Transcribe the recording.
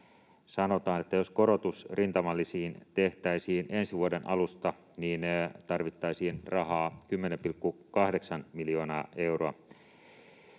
sanotaan, että jos korotus rintamalisiin tehtäisiin ensi vuoden alusta, niin tarvittaisiin rahaa 10,8 miljoonaa euroa.